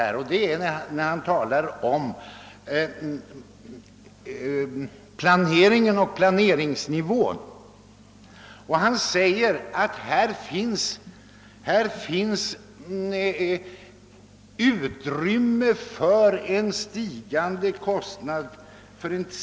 När han talade om planeringen och planeringsnivån sade han att det finns utrymme för en stigande kostnad.